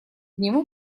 нему